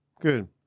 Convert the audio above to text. Good